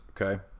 okay